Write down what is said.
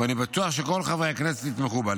ואני בטוח שכל חברי הכנסת יתמכו בה.